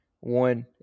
One